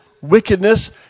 wickedness